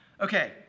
Okay